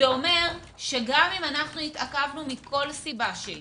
זה אומר שגם אם אנחנו התעכבנו מסיבה כלשהי